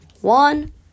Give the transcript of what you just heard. one